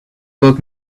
work